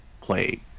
play